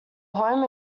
home